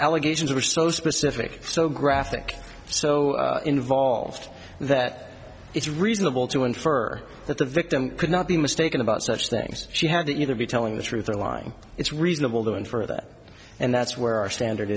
allegations were so specific so graphic so involved that it's reasonable to infer that the victim could not be mistaken about such things she had to either be telling the truth or lying it's reasonable to infer that and that's where our standard